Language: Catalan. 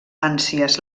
ànsies